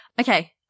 Okay